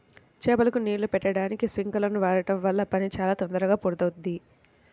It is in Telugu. చేలకు నీళ్ళు బెట్టడానికి స్పింకర్లను వాడడం వల్ల పని చాలా తొందరగా పూర్తవుద్ది